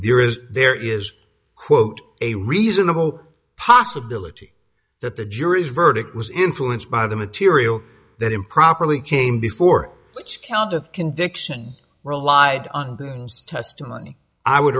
there is there is quote a reasonable possibility that the jury's verdict was influenced by the material that improperly came before which count of conviction relied on testimony i would